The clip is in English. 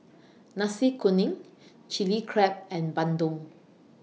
Nasi Kuning Chili Crab and Bandung